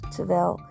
Terwijl